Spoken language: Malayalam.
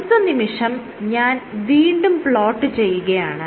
അടുത്ത നിമിഷം ഞാൻ വീണ്ടും പ്ലോട്ട് ചെയ്യുകയാണ്